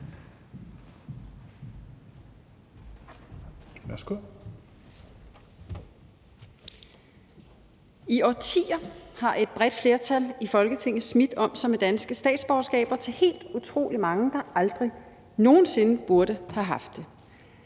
I årtier har et bredt flertal i Folketinget smidt om sig med danske statsborgerskaber til helt utrolig mange, der aldrig nogen sinde burde have haft det.